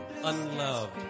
unloved